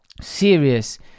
serious